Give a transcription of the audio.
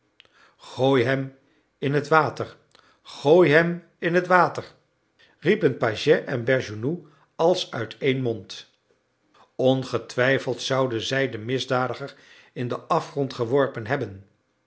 gooi hem in het water gooi hem in het water riepen pagès en bergounhoux als uit één mond ongetwijfeld zouden zij den misdadiger in den afgrond geworpen hebben